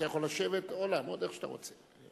אתה יכול לשבת או לעמוד, איך שאתה רוצה.